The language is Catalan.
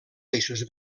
eixos